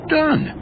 done